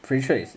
pretty sure it's